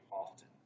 often